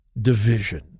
division